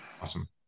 Awesome